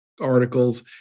articles